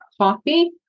coffee